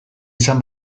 izan